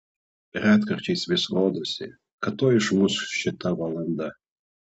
retkarčiais vis rodosi kad tuoj išmuš šita valanda